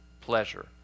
pleasure